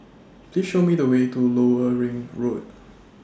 Please Show Me The Way to Lower Ring Road